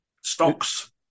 stocks